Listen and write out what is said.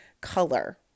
color